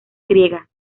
griega